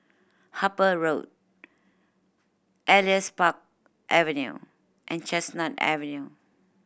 Harper Road Elias Park Avenue and Chestnut Avenue